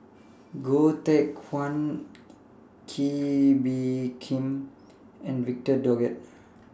Goh Teck Phuan Kee Bee Khim and Victor Doggett